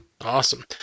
Awesome